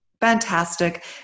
fantastic